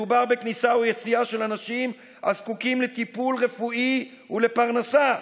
מדובר בכניסה או יציאה של אנשים הזקוקים לטיפול רפואי ולפרנסה.